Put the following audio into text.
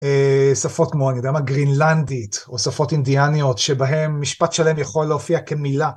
שפות כמו אני יודע מה גרינלנדית או שפות אינדיאניות שבהם משפט שלהם יכול להופיע כמילה.